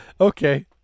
Okay